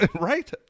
Right